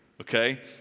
okay